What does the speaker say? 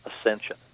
ascension